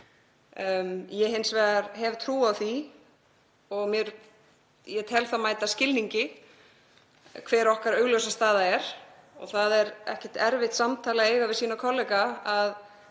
hef hins vegar trú á því og ég tel það mæta skilningi hver okkar augljósa staða er og það er ekkert erfitt samtal að eiga við sína kollega að